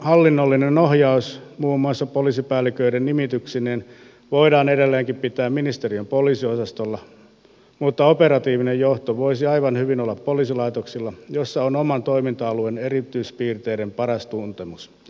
hallinnollinen ohjaus muun muassa poliisipäälliköiden nimityksineen voidaan edelleenkin pitää ministeriön poliisiosastolla mutta operatiivinen johto voisi aivan hyvin olla poliisilaitoksilla joissa on oman toiminta alueen erityispiirteiden paras tuntemus ja osaaminen